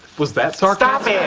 was that sarcasm? yeah